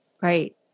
Right